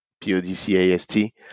P-O-D-C-A-S-T